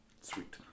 Sweet